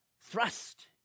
thrust